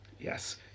Yes